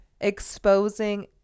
exposing